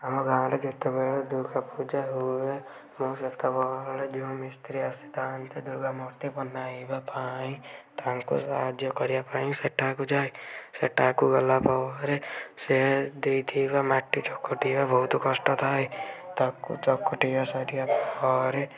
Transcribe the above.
ଆମ ଗାଁରେ ଯେତବେଳେ ଦୁର୍ଗା ପୂଜା ହୁଏ ମୁଁ ସେତେବେଳେ ଯେଉଁ ମିସ୍ତ୍ରୀ ଆସିଥାଆନ୍ତି ଦୁର୍ଗା ମୂର୍ତ୍ତି ବନାଇବା ପାଇଁ ତାଙ୍କୁ ସାହାଯ୍ୟ କରିବା ପାଇଁ ସେଠାକୁ ଯାଏ ସେଠାକୁ ଗଲା ପରେ ସେ ଦେଇଥିବା ମାଟି ଚକଟିବା ବହୁତ କଷ୍ଟ ଥାଏ ତାକୁ ଚକଟିବା ସରିବା ପରେ